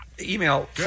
Email